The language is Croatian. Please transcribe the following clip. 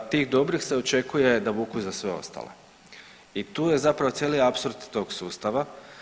A tih dobrih se očekuje da vuku za sve ostale i tu je zapravo cijeli apsurd tog sustava.